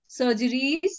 surgeries